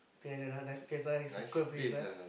Genting-Highlands ah nice place ah it's a cool place ah